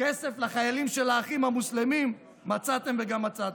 כסף לחיילים של האחים המוסלמים מצאתם גם מצאתם.